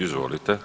Izvolite.